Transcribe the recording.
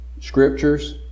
scriptures